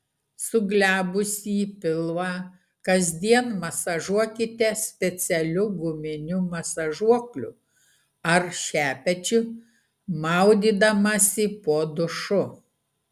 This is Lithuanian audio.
suglebusį pilvą kasdien masažuokite specialiu guminiu masažuokliu ar šepečiu maudydamasi po dušu